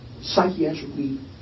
psychiatrically